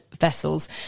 vessels